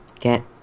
get